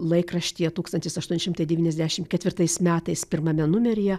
laikraštyje tūkstantis aštuoni šimtai devyniasdešim ketvirtais metais pirmame numeryje